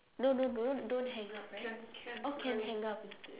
no no no don't hang up can hang up